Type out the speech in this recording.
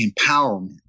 empowerment